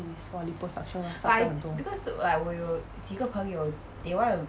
it is for liposuction [one] sometimes 很多